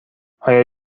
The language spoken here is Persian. آیا